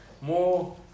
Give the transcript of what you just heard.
More